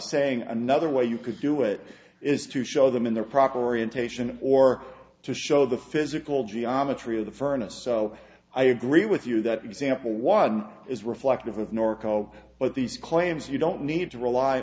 saying another way you could do it is to show them in their proper orientation or to show the physical geometry of the furnace so i agree with you that example one is reflective of norco but these claims you don't need to rely